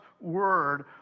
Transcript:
word